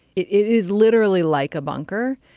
it is literally like a bunker,